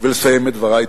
ולסיים את דברי.